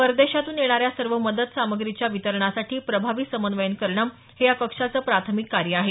परदेशातून येणाऱ्या सर्व मदत सामग्रीच्या वितरणासाठी प्रभावी समन्वयन करणं हे या कक्षाचं प्राथमिक कायं आहे